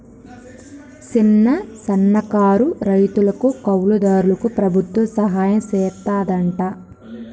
సిన్న, సన్నకారు రైతులకు, కౌలు దారులకు ప్రభుత్వం సహాయం సెత్తాదంట